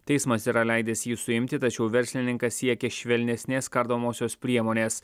teismas yra leidęs jį suimti tačiau verslininkas siekia švelnesnės kardomosios priemonės